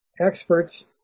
experts